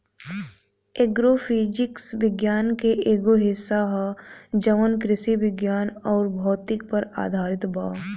agro physics विज्ञान के एगो हिस्सा ह जवन कृषि विज्ञान अउर भौतिकी पर आधारित बा